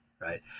right